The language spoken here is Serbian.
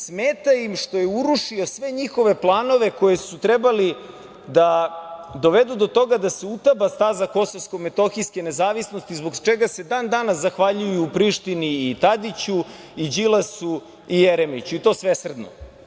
Smeta im što je urušio sve njihove planove koji su trebali da dovedu do toga da se utaba staza kosovsko-metohijske nezavisnosti, zbog čega se dan-danas zahvaljuju Prištini, Tadiću, Đilasu i Jeremiću, i to svesrdno.